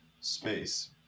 space